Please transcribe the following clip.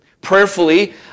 prayerfully